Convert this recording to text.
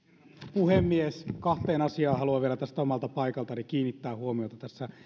puhemies kahteen asiaan haluan vielä tästä omalta paikaltani kiinnittää huomiota tässä